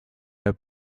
their